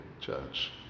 church